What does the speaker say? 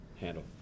handle